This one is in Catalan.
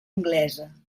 anglesa